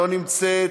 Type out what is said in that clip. לא נמצאת.